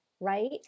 right